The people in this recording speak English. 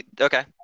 Okay